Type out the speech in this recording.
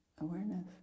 awareness